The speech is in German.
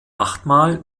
achtmal